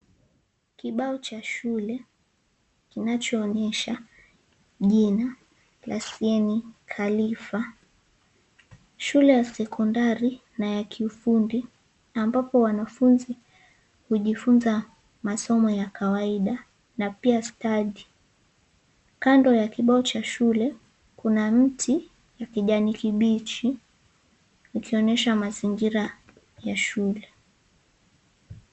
Kibao cha shule kinachoonyesha jina Sheik Khalifa shule ya sekondari na ya ufundi ambapo wanafunzi hujifunza masomo ya kawaida na pia stadi, kando ya kibao cha shule kuna mti wa kijani kibichi ukionyesha mazingira ya shule.